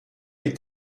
est